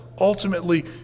ultimately